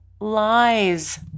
lies